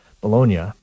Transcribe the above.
Bologna